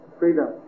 freedom